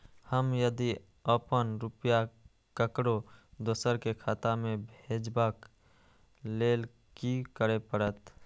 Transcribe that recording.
हम यदि अपन रुपया ककरो दोसर के खाता में भेजबाक लेल कि करै परत?